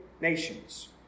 nations